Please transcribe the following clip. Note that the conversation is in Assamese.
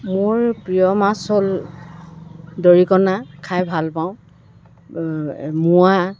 মোৰ প্ৰিয় মাছ হ'ল দৰিকণা খাই ভাল পাওঁ মোৱা